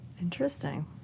Interesting